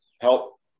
help